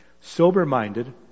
Sober-minded